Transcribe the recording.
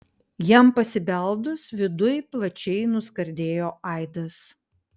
jam pasibeldus viduj plačiai nuskardėjo aidas